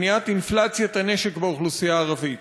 במניעת אינפלציית הנשק באוכלוסייה הערבית.